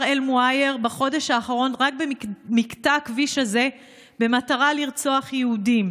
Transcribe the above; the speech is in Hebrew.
אל-מוע'ייר בחודש האחרון רק במקטע הכביש הזה במטרה לרצוח יהודים.